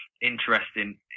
interesting